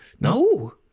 no